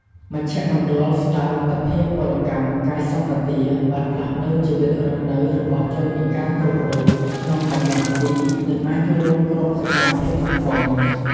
មជ្ឈមណ្ឌលស្តារលទ្ធភាពពលកម្មកាយសម្បទាបានផ្លាស់ប្តូរជីវិតរស់នៅរបស់ជនពិការគ្រប់រូប ក្នុងបម្លាស់ទី និងអាចចូលរួមគ្រប់សកម្មភាពសង្គម។